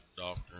doctor